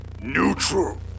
Neutral